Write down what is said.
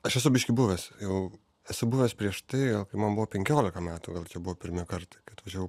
aš esu biškį buvęs jau esu buvęs prieš tai gal kai man buvo penkiolika metų vėl buvo pirmi kartai kai atvažiavau